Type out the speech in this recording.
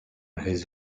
his